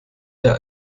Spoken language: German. der